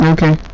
Okay